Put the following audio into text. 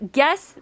guess